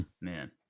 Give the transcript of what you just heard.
Man